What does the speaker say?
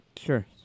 Sure